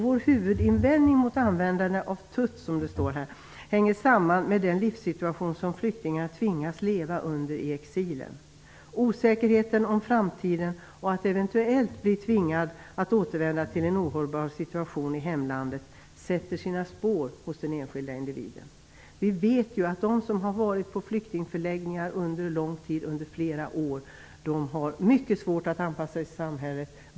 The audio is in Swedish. Vår huvudinvändning mot användande av tillfälliga uppehållstillstånd hänger samman med den livssituation som flyktingar tvingas uppleva i exil. Osäkerheten om framtiden, och att eventuellt bli tvingad att återvända till en ohållbar situation i hemlandet, sätter sina spår hos den enskilde individen. Vi vet att de som har varit på flyktingförläggningar under lång tid, kanske flera år, har mycket svårt att anpassa sig i samhället.